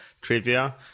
trivia